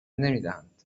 نمیدهند